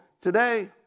today